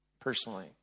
personally